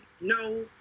no